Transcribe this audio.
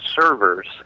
servers